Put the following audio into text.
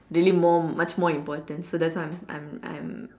really more much more importance so that's why I'm I'm